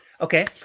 Okay